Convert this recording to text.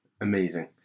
amazing